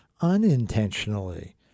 unintentionally